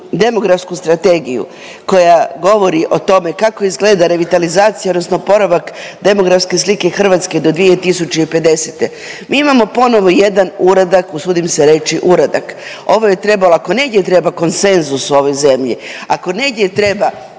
demografsku strategiju koja govori o tome kako izgleda revitalizacija odnosno oporavak demografske slike Hrvatske do 2050., mi imamo ponovo jedan uradak, usudim se reći uradak, ovo je trebala, ako negdje treba konsenzus u ovoj zemlji, ako negdje treba